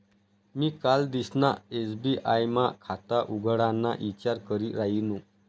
मी कालदिसना एस.बी.आय मा खाता उघडाना ईचार करी रायनू